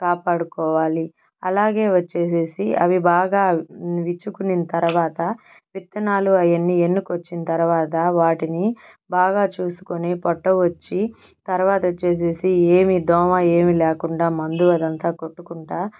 కాపాడుకోవాలి అలాగే వచ్చేసేసి అవి బాగా విచ్చుకున్న తరువాత విత్తనాలు అవన్నీ ఎన్నుకొచ్చిన తరువాత వాటిని బాగా చూసుకొని పొట్ట వచ్చి తరువాత వచ్చేసేసి ఏమీ దోమ ఏమీ లేకుండా మందు అదంతా కొట్టుకుంటూ